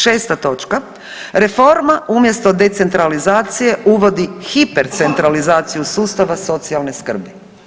Šest točka, reforma umjesto decentralizacije uvodi hiper centralizaciju sustava socijalne skrbi.